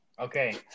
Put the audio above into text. Okay